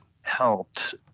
helped